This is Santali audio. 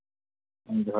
ᱦᱮᱸ ᱡᱚᱦᱟᱨ